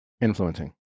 Influencing